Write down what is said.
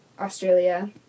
Australia